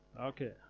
Okay